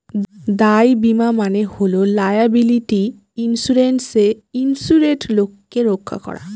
দায় বীমা মানে হল লায়াবিলিটি ইন্সুরেন্সে ইন্সুরেড লোককে রক্ষা করা